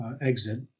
exit